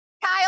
Kyle